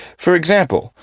for example,